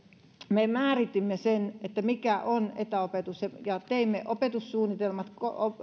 me määritimme sen mikä on etäopetus ja ja teimme opetussuunnitelmat